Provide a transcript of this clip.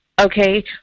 okay